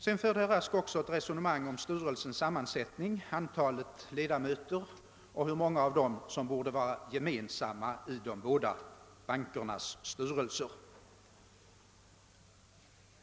Sedan talade herr Rask också om styrelsens sammansättning och hur många av ledamöterna som borde vara gemensamma i de båda bankernas styrelser.